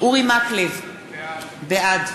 אורי מקלב, בעד